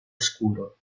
oscuro